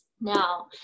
Now